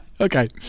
Okay